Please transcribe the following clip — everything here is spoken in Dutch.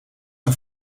een